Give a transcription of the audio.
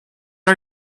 are